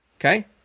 Okay